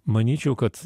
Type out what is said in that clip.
manyčiau kad